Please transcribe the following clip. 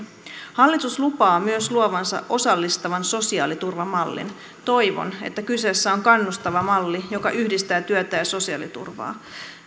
hallitus lupaa myös luovansa osallistavan sosiaaliturvamallin toivon että kyseessä on kannustava malli joka yhdistää työtä ja sosiaaliturvaa